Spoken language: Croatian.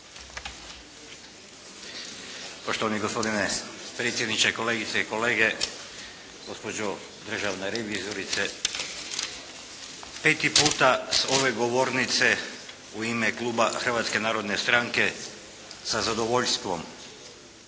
Poštovani gospodine predsjedniče, kolegice i kolege, gospođo državna revizorice. Peti puta s ove govornice u ime kluba Hrvatske narodne stranke sa zadovoljstvom